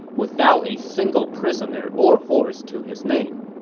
without a single prisoner or horse to his name